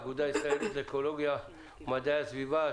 האגודה הישראלית לאקולוגיה ומדעי והסביבה,